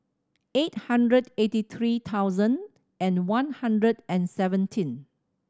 eight hundred eighty three thousand and one hundred and seventeen